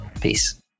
Peace